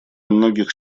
многих